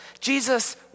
Jesus